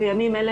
בימים אלה,